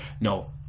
no